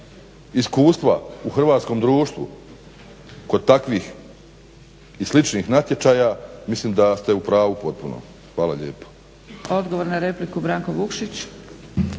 iskustva u hrvatskom društvu kod takvih i sličnih natječaja mislim da ste u pravu potpuno. Hvala lijepo.